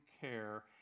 care